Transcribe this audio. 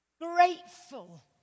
grateful